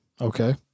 Okay